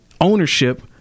ownership